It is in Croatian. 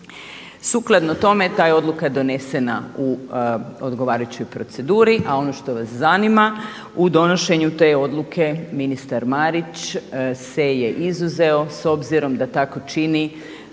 Sukladno tome ta je odluka donesena u odgovarajućoj proceduri, a ono što vas zanima u donošenju te odluke ministar Marić se je izuzeo s obzirom da tako čini